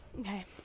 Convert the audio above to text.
Okay